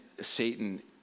Satan